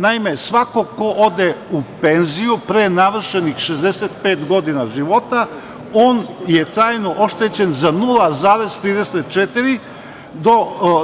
Naime, svako ko ode u penziju pre navršenih 65 godina života, on je trajno oštećen za 0,34